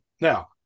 now